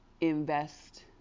Invest